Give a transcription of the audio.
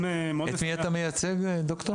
את מי אתה מייצג, ד"ר?